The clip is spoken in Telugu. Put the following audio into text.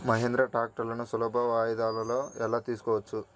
మహీంద్రా ట్రాక్టర్లను సులభ వాయిదాలలో ఎలా తీసుకోవచ్చు?